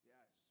Yes